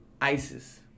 ISIS